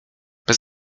bez